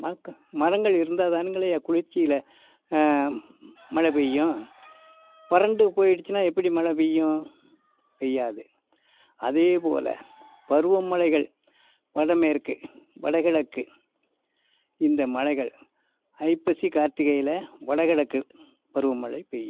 மக்கா மரங்கள் இருந்தாதானேங்கள்ய்யா குளிர்ச்சியில் மழை பெய்யும் வறண்டு போயிடுச்சுன்னா எப்படி மழை பெய்யும் பெய்யாது அதே போல் பருவ மழைகள் வட மேற்கு வட கிழக்கு இந்த மழைகள் ஐப்பசி கார்த்திகையில் வட கிழக்கு பருவ மழை பெய்யும்